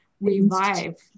revive